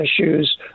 issues